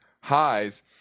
highs